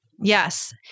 Yes